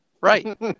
Right